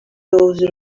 those